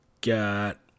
got